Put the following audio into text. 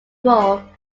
role